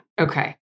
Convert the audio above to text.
Okay